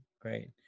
great